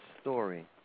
story